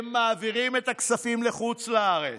הם מעבירים את הכספים לחוץ לארץ,